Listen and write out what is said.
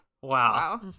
Wow